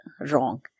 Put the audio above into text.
wrong